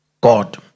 God